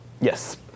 Yes